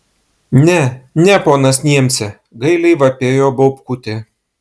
ne ne ponas niemce gailiai vapėjo baubkutė